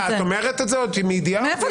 את אומרת את זה מידיעה או מהערכה?